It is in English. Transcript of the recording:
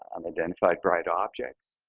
ah unidentified bright objects.